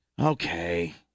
okay